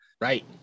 Right